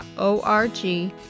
ORG